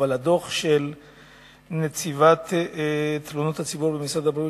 אבל הדוח של נציבת תלונות הציבור במשרד הבריאות,